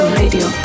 radio